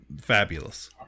fabulous